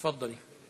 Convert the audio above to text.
תפאדלי.